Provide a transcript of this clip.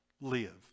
live